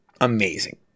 amazing